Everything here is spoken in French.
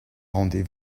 rendez